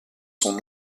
son